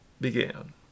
began